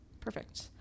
Perfect